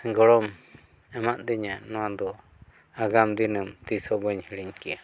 ᱜᱚᱲᱚᱢ ᱮᱢᱟᱫᱤᱧᱟᱹ ᱱᱚᱣᱟ ᱫᱚ ᱟᱜᱟᱢ ᱫᱤᱱᱟᱹᱢ ᱛᱤᱥᱦᱚᱸ ᱵᱟᱹᱧ ᱦᱤᱲᱤᱧ ᱠᱮᱭᱟ